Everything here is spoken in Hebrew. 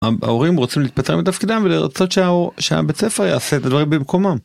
ההורים רוצים להתפטר מתפקידם ולרצות שהבית ספר יעשה את הדברים במקומם.